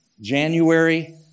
January